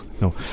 no